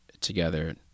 together